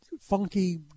funky